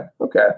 Okay